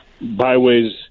byways